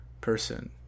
person